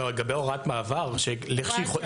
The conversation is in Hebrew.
לגבי הוראת מעבר --- הוראת שעה.